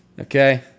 Okay